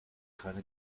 keine